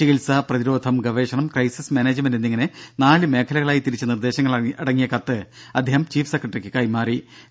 ചികിത്സ പ്രതിരോധം ഗവേഷണം ക്രൈസിസ് മാനേജ്മെന്റ് എന്നിങ്ങനെ നാല് മേഖലകളായി തിരിച്ച നിർദ്ദേശങ്ങൾ അടങ്ങിയ കത്ത് അദ്ദേഹം ചീഫ് സെക്രട്ടറിക്ക് നൽകി